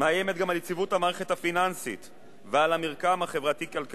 מאיימת גם על יציבות המערכת הפיננסית ועל המרקם החברתי-כלכלי,